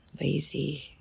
lazy